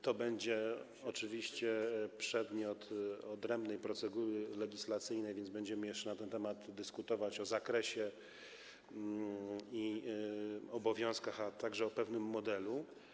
To będzie oczywiście przedmiot odrębnej procedury legislacyjnej, więc będziemy jeszcze na ten temat dyskutować - o zakresie i obowiązkach, a także o pewnym modelu.